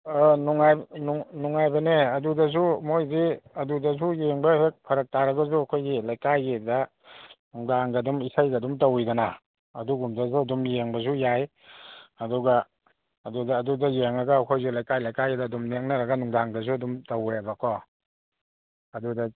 ꯑꯥ ꯑꯥ ꯅꯨꯡꯉꯥꯏꯕꯅꯦ ꯑꯗꯨꯗꯁꯨ ꯃꯣꯏꯗꯤ ꯑꯗꯨꯗꯁꯨ ꯌꯦꯡꯕ ꯍꯦꯛ ꯐꯔꯛ ꯇꯥꯔꯒꯁꯨ ꯑꯩꯈꯣꯏꯒꯤ ꯂꯩꯀꯥꯏꯒꯤꯗ ꯅꯨꯡꯗꯥꯡꯒꯗꯨꯝ ꯏꯁꯩꯒꯗꯨꯝ ꯇꯧꯋꯤꯗꯅ ꯑꯗꯨꯒꯨꯝꯕꯗꯁꯨ ꯑꯗꯨꯝ ꯌꯦꯡꯕꯁꯨ ꯌꯥꯏ ꯑꯗꯨꯒ ꯌꯦꯡꯉꯒ ꯑꯩꯈꯣꯏꯁꯨ ꯂꯩꯀꯥꯏ ꯂꯩꯀꯥꯏꯒ ꯑꯗꯨꯝ ꯅꯦꯛꯅꯔꯒ ꯅꯨꯡꯗꯥꯡꯗꯖꯨ ꯑꯗꯨꯝ ꯇꯧꯋꯦꯕꯀꯣ ꯑꯗꯨꯗ